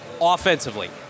offensively